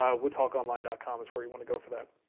ah woodtalkonline dot com is where you want to go for that.